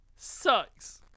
Sucks